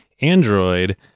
Android